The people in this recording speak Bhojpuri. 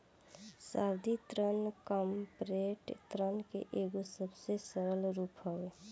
सावधि ऋण कॉर्पोरेट ऋण के एगो सबसे सरल रूप हवे